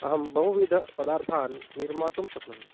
अहं बहुविधपदार्थान् निर्मातुं शक्नोमि